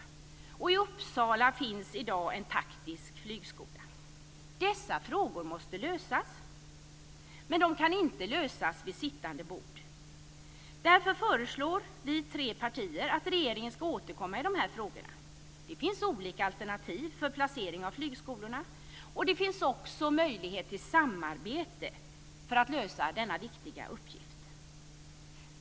Och i Uppsala finns i dag en taktisk flygskola. Dessa frågor måste lösas. Men de kan inte lösas vid sittande bord. Därför föreslår vi tre partier att regeringen ska återkomma i de här frågorna. Det finns olika alternativ för placering av flygskolorna, och det finns också möjlighet till samarbete för att lösa denna viktiga uppgift.